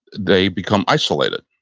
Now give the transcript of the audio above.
they become isolated